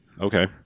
Okay